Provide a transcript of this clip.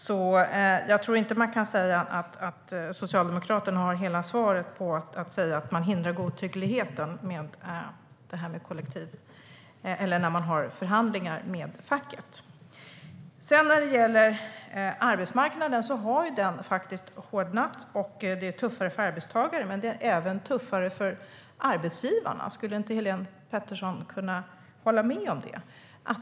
Man kan nog inte säga att Socialdemokraterna har hela svaret när det gäller att hindra godtyckligheten i förhandlingar med facket. Arbetsmarknaden har hårdnat. Det är tuffare för arbetstagare, men det är även tuffare för arbetsgivare. Kan inte Helén Pettersson hålla med om det?